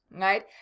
Right